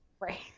Right